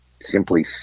simply